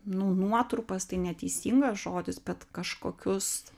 nu nuotrupas tai neteisingas žodis bet kažkokius